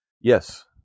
Yes